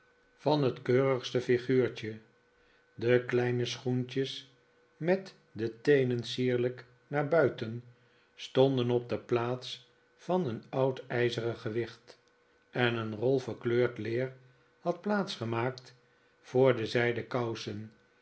van het keurigste figuurtje de kleine schoentjes met de teenen sierlijk naar buiten stonden op de plaats van een oud ijzeren gewicht en een rol verkleurd leer had plaats gemaakt voor de zijden kousen